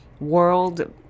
world